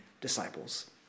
disciples